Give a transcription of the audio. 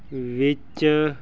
ਵਿੱਚ